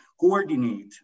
coordinate